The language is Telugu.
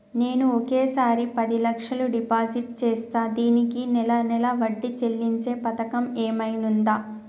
నేను ఒకేసారి పది లక్షలు డిపాజిట్ చేస్తా దీనికి నెల నెల వడ్డీ చెల్లించే పథకం ఏమైనుందా?